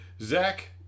Zach